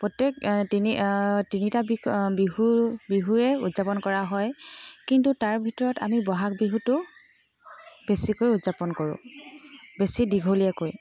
প্ৰত্যেক তিনি তিনিটা বিহুৱে উদযাপন কৰা হয় কিন্তু তাৰ ভিতৰত আমি বহাগ বিহুটো বেছিকৈ উদযাপন কৰোঁ বেছি দীঘলীয়াকৈ